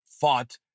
fought